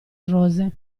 rose